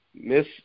Miss